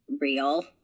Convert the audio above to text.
real